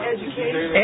Education